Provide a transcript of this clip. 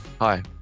Hi